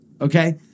Okay